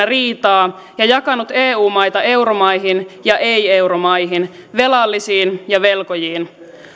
riitaa ja jakanut eu maita euromaihin ja ei euromaihin velallisiin ja velkojiin